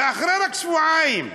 ואחרי רק שבועיים,